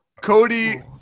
Cody